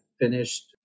finished